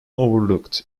overlooked